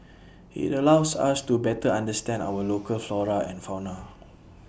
IT allows us to better understand our local flora and fauna